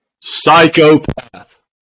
Psychopath